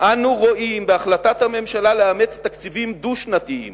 אנו רואים בהחלטת הממשלה לאמץ תקציבים דו-שנתיים